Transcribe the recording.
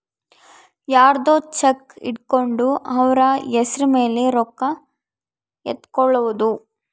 ಯರ್ದೊ ಚೆಕ್ ಇಟ್ಕೊಂಡು ಅವ್ರ ಹೆಸ್ರ್ ಮೇಲೆ ರೊಕ್ಕ ಎತ್ಕೊಳೋದು